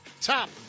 top